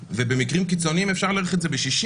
ובמקרים קיצוניים אפשר להאריך את זה ב-60,